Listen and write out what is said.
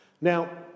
Now